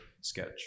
sketch